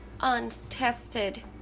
untested